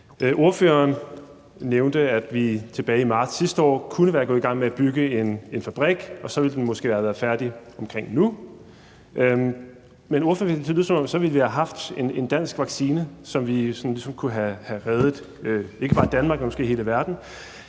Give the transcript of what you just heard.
Ordføreren nævnte, at vi tilbage i marts sidste år kunne være gået i gang med at bygge en fabrik, og den ville måske så have været færdig omkring nu. Men ordføreren fik det til at lyde, som om vi så ville have haft en dansk vaccine, så vi ligesom kunne have reddet ikke bare Danmark, men måske hele verden.